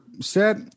set